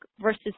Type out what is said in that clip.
versus